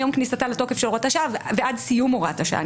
מיום כניסתה לתוקף של הוראת השעה ועד סיום הוראת השעה.